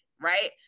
right